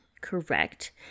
Correct